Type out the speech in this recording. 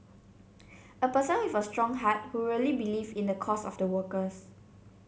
a person with a strong heart who really believe in the cause of the workers